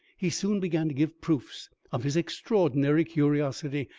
he soon began to give proofs of his extraordinary curiosity,